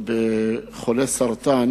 ונמצא שהם נחשבים לחומרים המסרטנים